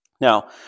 Now